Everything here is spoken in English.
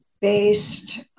based